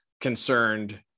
concerned